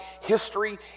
history